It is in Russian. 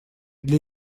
для